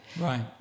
Right